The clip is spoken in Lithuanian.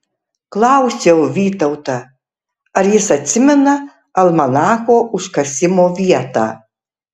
klausiau vytautą ar jis atsimena almanacho užkasimo vietą